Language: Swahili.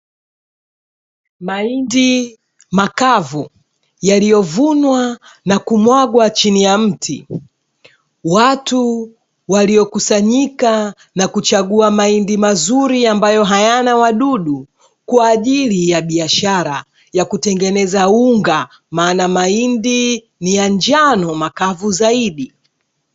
Mahindi makavu yaliyovunwa na kumwagwa chini ya mti. Watu waliokusanyika na kuchagua mahindi mazuri ambayo hayana wadudu kwa ajili ya biashara ya kutengeneza unga, maana mahindi ni ya njano makavu zaidi.